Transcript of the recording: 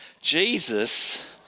Jesus